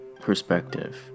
perspective